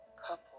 couple